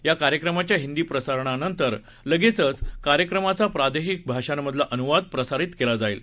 या कार्यक्रमाच्या हिंदी प्रसारणानंतर लगेचच कार्यक्रमाचा प्रादेशिक भाषांमधला अनुवाद प्रसारित केला जाईल